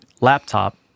laptop